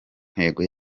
ntego